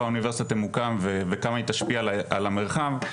האוניברסיטה תמוקם וכמה היא תשפיע על המרחב,